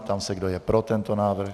Ptám se, kdo je pro tento návrh.